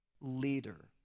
leader